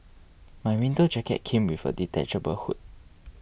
my winter jacket came with a detachable hood